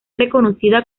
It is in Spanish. reconocida